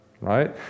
right